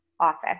office